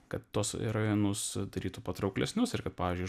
kad tuos rajonus darytų patrauklesnius ir kad pavyzdžiui